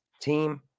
team